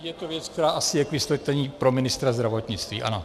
Je to věc, která asi je k vysvětlení pro ministra zdravotnictví, ano.